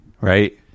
Right